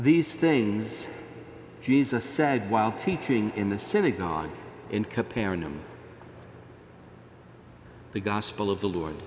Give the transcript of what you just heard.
these things jesus said while teaching in the synagogue in comparing them the gospel of the lord